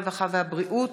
הרווחה והבריאות